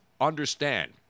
understand